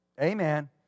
amen